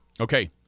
Okay